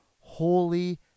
holy